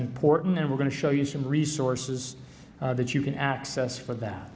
important and we're going to show you some resources that you can access for that